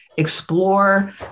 explore